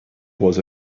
was